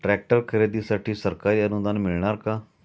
Tractor खरेदीसाठी सरकारी अनुदान मिळणार का?